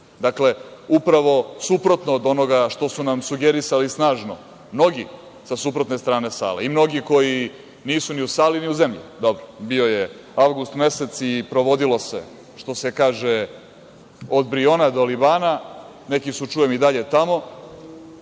i u pravo suprotno od onoga što su nam sugerisali snažno mnogi sa suprotne strane sale i mnogi koji nisu ni u sali ni u zemlji. Dobro, bio je avgust mesec i provodilo se, što se kaže od Briona do Libana, a neki su čujem i dalje tamo,